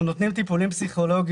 דבר נוסף הוא מתן טיפולים פסיכולוגיים,